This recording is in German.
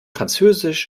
französisch